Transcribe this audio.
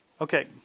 Okay